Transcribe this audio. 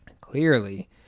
clearly